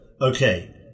Okay